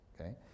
okay